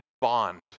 bond